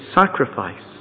sacrifice